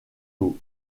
haut